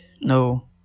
no